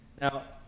Now